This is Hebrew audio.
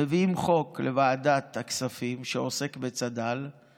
מביאים חוק שעוסק בצד"ל לוועדת הכספים.